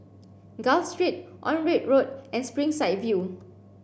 Gul Street Onraet Road and Springside View